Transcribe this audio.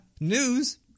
news